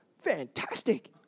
Fantastic